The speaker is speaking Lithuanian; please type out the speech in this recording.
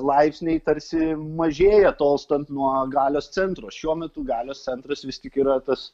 laipsniai tarsi mažėja tolstant nuo galios centro šiuo metu galios centras vis tik yra tas